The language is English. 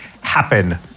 happen